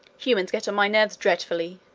humans get on my nerves dreadfully!